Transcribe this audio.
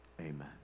Amen